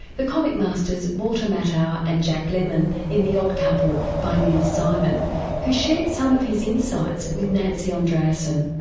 the comic masters walter matthau and jack lemmon in the odd couple by neil simon who shared some of his insights with nancy andreasen.